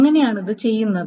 അങ്ങനെയാണ് ഇത് ചെയ്യുന്നത്